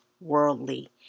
worldly